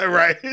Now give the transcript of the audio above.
right